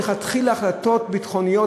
מלכתחילה החלטות ביטחוניות,